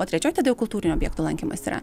o trečioj tada jau kultūrinių objektų lankymas yra